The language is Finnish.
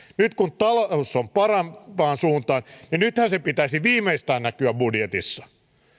nyt kun talous on parempaan suuntaan niin nythän sen pitäisi viimeistään näkyä budjetissa